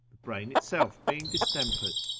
brain itself being distempered.